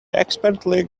expertly